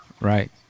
right